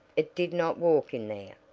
it did not walk in there.